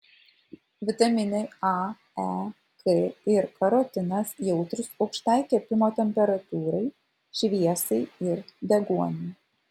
vitaminai a e k ir karotinas jautrūs aukštai kepimo temperatūrai šviesai ir deguoniui